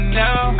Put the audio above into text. now